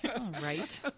right